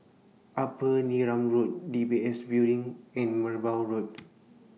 Upper Neram Road D B S Building and Merbau Road